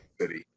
city